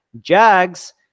Jags